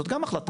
זו גם החלטה.